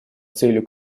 целью